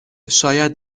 شاید